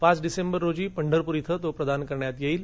पाच डिसेंबर रोजी पंढरपूर इथ तो प्रदान करण्यात येईल